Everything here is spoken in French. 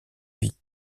vie